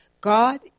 God